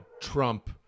Trump